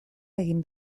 egin